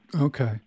Okay